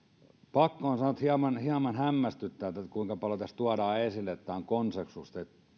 pakko on sanoa että hieman hämmästyttää kuinka paljon tässä tuodaan esille sitä että tässä on konsensus